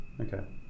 Okay